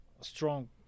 strong